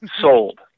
sold